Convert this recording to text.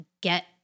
get